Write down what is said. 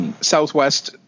Southwest